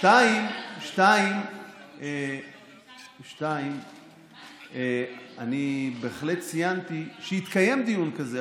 2. אני בהחלט ציינתי שהתקיים דיון כזה.